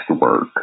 work